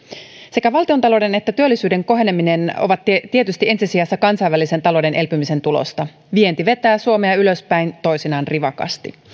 sekä valtiontalouden että työllisyyden koheneminen ovat tietysti ensi sijassa kansainvälisen talouden elpymisen tulosta vienti vetää suomea ylöspäin toisinaan rivakasti